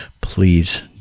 please